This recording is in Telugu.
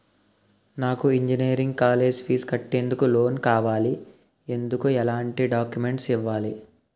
నాకు ఇంజనీరింగ్ కాలేజ్ ఫీజు కట్టేందుకు లోన్ కావాలి, ఎందుకు ఎలాంటి డాక్యుమెంట్స్ ఇవ్వాలి?